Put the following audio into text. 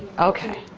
okay.